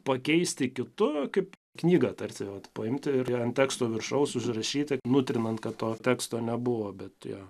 pakeisti kitu kaip knygą tarsi vat paimti ir ant teksto viršaus užrašyti nutrinant kad to teksto nebuvo bet jo